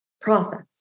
process